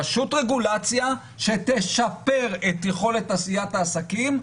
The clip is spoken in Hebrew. רשות רגולציה שתשפר את יכולת עשיית העסקים,